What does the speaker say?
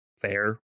fair